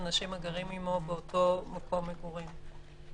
אנשים הגרים עמו באותו מקום מגורים".